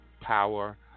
power